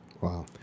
Wow